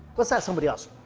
let's ask somebody else,